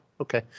okay